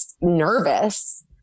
nervous